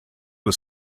was